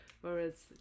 Whereas